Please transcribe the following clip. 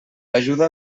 ajuda